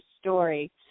story